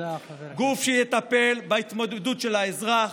גוף שיטפל בהתמודדות של האזרח,